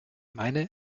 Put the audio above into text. meine